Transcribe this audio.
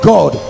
God